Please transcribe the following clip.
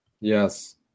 yes